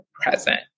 present